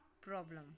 problem